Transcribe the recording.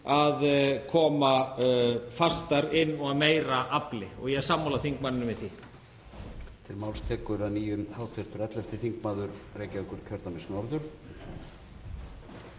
að koma fastar inn og af meira afli. Ég er sammála þingmanninum í því.